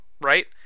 right